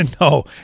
No